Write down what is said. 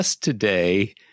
today